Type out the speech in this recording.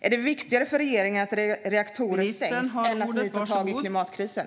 Är det viktigare för regeringen att reaktorer stängs än att ni tar tag i klimatkrisen?